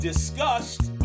Discussed